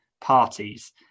parties